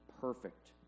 perfect